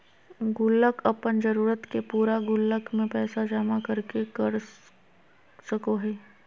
गुल्लक अपन जरूरत के पूरा गुल्लक में पैसा जमा कर के कर सको हइ